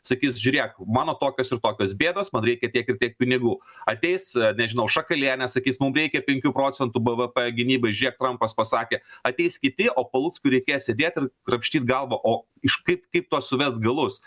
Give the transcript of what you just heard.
sakys žiūrėk mano tokios ir tokios bėdos man reikia tiek ir tiek pinigų ateis nežinau šakalienė sakys mum reikia penkių procentų bvp gynybai žiūrėk trampas pasakė ateis kiti o paluckui reikės sėdėt ir krapštyt galvą o iš kaip kaip tuos suvest galus